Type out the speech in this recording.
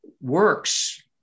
works